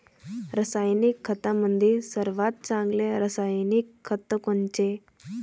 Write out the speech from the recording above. रासायनिक खतामंदी सर्वात चांगले रासायनिक खत कोनचे?